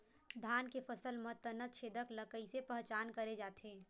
धान के फसल म तना छेदक ल कइसे पहचान करे जाथे?